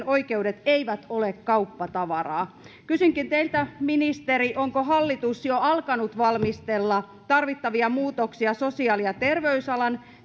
oikeudet eivät ole kauppatavaraa kysynkin teiltä ministeri onko hallitus jo alkanut valmistella tarvittavia muutoksia sosiaali ja terveysalan